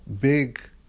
big